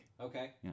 Okay